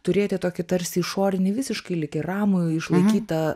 turėti tokį tarsi išorinį visiškai lyg ir ramų išlaikytą